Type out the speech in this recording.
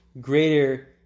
greater